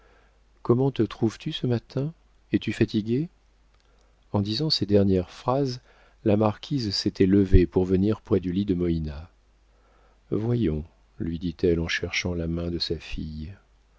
comment te trouves-tu ce matin es-tu fatiguée en disant ces dernières phrases la marquise s'était levée pour venir près du lit de moïna voyons lui dit-elle en cherchant la main de sa fille